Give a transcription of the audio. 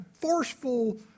forceful